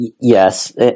yes